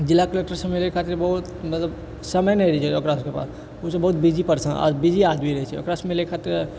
जिला कलेक्टर से मिलै खातिर बहुत मतलब समय नहि रहै छै ओकरा सबके पास ओ सब बहुत बिजी परसन बिजी आदमी रहै छै ओकरा से मिलै खातिर